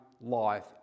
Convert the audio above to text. life